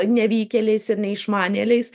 nevykėliais ir neišmanėliais